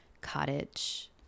cottage